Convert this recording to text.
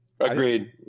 Agreed